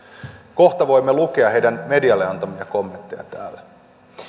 kohta voimme lukea heidän medialle antamiaan kommentteja täällä